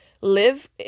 live